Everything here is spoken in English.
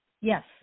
Yes